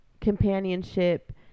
companionship